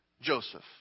Joseph